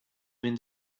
been